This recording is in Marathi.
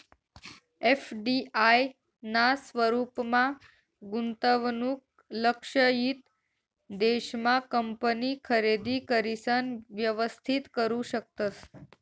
एफ.डी.आय ना स्वरूपमा गुंतवणूक लक्षयित देश मा कंपनी खरेदी करिसन व्यवस्थित करू शकतस